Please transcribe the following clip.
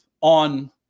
on